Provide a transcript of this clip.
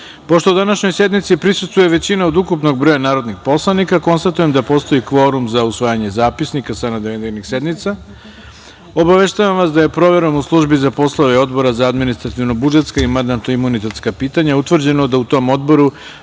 današnjoj sednici prisustvuje većina od ukupnog broja narodnih poslanika, konstatujem da postoji kvorum za usvajanje zapisnika sa navedenih sednica. Obaveštavam vas da je, proverom u službi za poslove Odbora za administrativno budžetska i mandatno-imunitetska pitanja, utvrđeno da u tom odboru